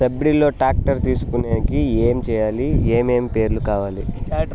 Subsidy లో tractor తీసుకొనేకి ఏమి చేయాలి? ఏమేమి పేపర్లు కావాలి?